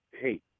hey